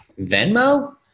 Venmo